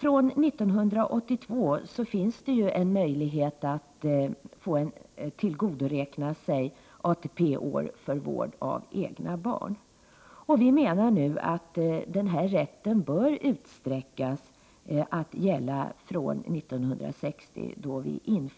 Sedan 1982 finns det en möjlighet för föräldrar att tillgodoräkna sig ATP-år för vård av egna barn, och vi menar att denna rätt bör utsträckas att gälla från 1960, då ATP